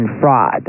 fraud